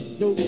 no